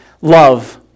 love